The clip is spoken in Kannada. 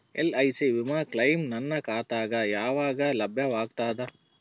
ಎಲ್.ಐ.ಸಿ ವಿಮಾ ಕ್ಲೈಮ್ ನನ್ನ ಖಾತಾಗ ಯಾವಾಗ ಲಭ್ಯವಾಗತದ?